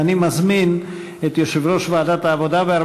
אני מזמין את יושב-ראש ועדת העבודה,